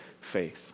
faith